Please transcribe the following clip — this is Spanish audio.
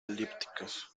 elípticas